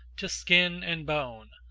to skin and bone,